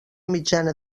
mitjana